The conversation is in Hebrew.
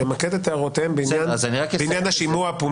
למקד את הערותיהם בעניין השימוע הפומבי.